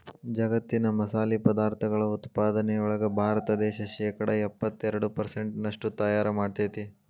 ಜಗ್ಗತ್ತಿನ ಮಸಾಲಿ ಪದಾರ್ಥಗಳ ಉತ್ಪಾದನೆಯೊಳಗ ಭಾರತ ದೇಶ ಶೇಕಡಾ ಎಪ್ಪತ್ತೆರಡು ಪೆರ್ಸೆಂಟ್ನಷ್ಟು ತಯಾರ್ ಮಾಡ್ತೆತಿ